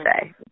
say